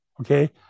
Okay